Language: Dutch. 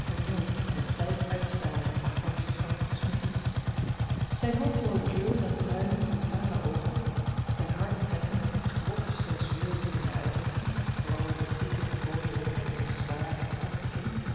en stijf uitstaande à force van cosmetiek zijne hoogroode kleur en bruine brutale oogen zijne harde trekken met iets grof sensueels in de uitdrukking vooral door de dikke roode lippen en de zware korte kin